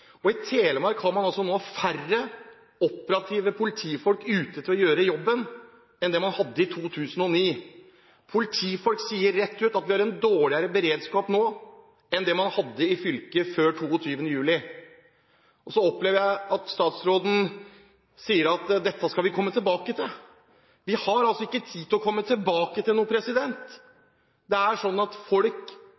å gjøre jobben enn det man hadde i 2009. Politifolk sier rett ut at vi har en dårligere beredskap nå enn det man hadde i fylket før 22. juli. Så opplever jeg at statsråden sier at dette skal vi komme tilbake til. Vi har ikke tid til å komme tilbake til noe.